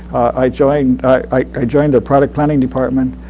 i joined i joined the product planning department.